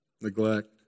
Neglect